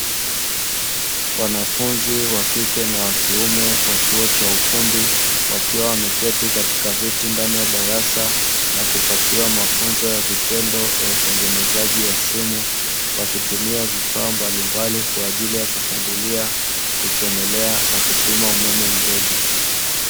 Wanafunzi wa kike na wa kiume wa chuo cha ufundi wakiwa wameketi katika viti ndani ya darasa na kupatiwa mafunzo ya vitendo ya utengenezaji wa simu wakitumia vifaa mbalimbali kwaajili ya kufungulia, kuchomelea na kupima umeme mdogo.